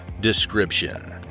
Description